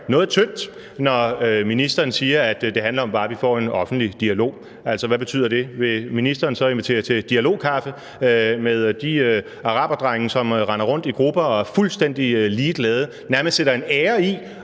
noget tyndt, når ministeren siger, at det handler om bare at få en offentlig dialog. Altså, hvad betyder det? Altså, vil ministeren så invitere til dialogkaffe med de araberdrenge, som render rundt i grupper og er fuldstændig ligeglade og nærmest sætter en ære i